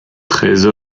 treize